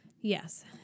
Yes